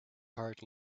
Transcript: heart